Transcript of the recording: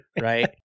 Right